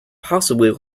possibly